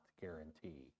guarantee